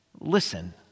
listen